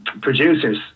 producers